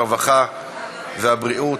הרווחה והבריאות,